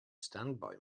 standby